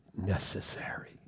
necessary